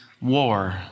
war